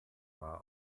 war